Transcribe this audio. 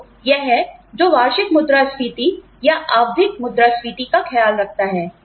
तो यह है जो वार्षिक मुद्रास्फीति या आवधिक मुद्रास्फीति का ख्याल रखता है